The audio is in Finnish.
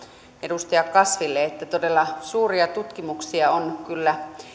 edustaja kasville että todella suuria tutkimuksia on kyllä